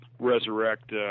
resurrect